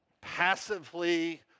passively